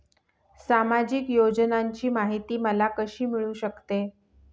सामाजिक योजनांची माहिती मला कशी मिळू शकते?